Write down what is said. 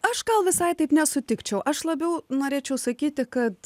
aš gal visai taip nesutikčiau aš labiau norėčiau sakyti kad